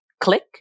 click